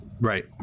Right